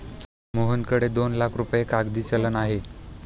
मोहनकडे दोन लाख रुपये कागदी चलन आहे